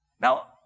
Now